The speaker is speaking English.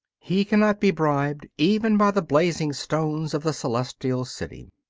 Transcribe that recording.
he cannot be bribed, even by the blazing stones of the celestial city.